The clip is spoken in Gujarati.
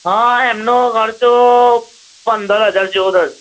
હા એમનો ખર્ચો પંદર હજાર જેવો થશે